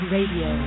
Radio